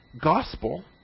gospel